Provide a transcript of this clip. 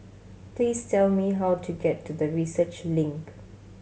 please tell me how to get to the Research Link